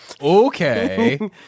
Okay